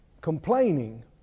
Complaining